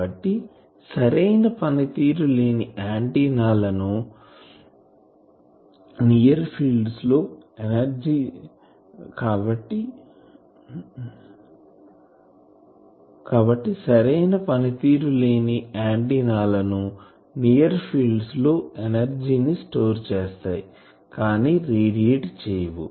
కాబట్టి సరైన పనితీరు లేని ఆంటిన్నా లు నియర్ ఫీల్డ్స్ లో ఎనర్జీ ని స్టోర్ చేస్తాయి కానీ రేడియేట్ చెయ్యవు